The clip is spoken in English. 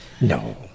No